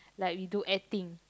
like we do acting